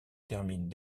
termine